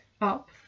up